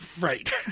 Right